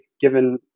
given